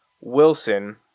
Wilson